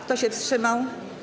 Kto się wstrzymał?